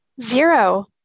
Zero